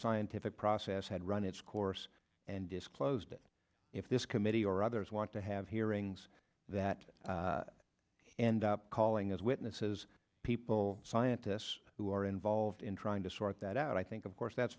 scientific process had run its course and disclosed it if this committee or others want to have hearings that end up calling as witnesses people scientists who are involved in trying to sort that out i think of course that's